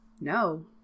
no